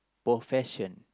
profession